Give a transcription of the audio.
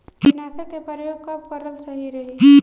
कीटनाशक के प्रयोग कब कराल सही रही?